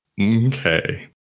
Okay